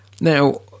now